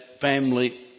family